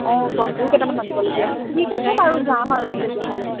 অঁ চব্জিও কেইটামান আনিবলগীয়া আছে ঠিক আছে বাৰু যাম আৰু তেতিয়াহ'লে